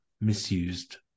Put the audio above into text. misused